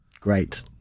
Great